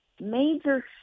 major